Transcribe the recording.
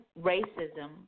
racism